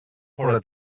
fóra